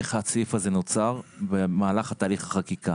איך הסעיף הזה נוצר במהלך תהליך החקיקה.